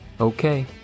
Okay